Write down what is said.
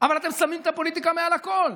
אבל אתם שמים את הפוליטיקה מעל הכול.